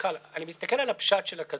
הפרויקט הזה שנקרא להב"ה,